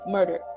Murder